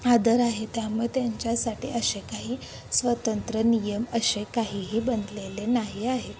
आदर आहे त्यामुळे त्यांच्यासाठी असे काही स्वतंत्र नियम असे काहीही बनलेले नाही आहे